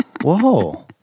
Whoa